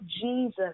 Jesus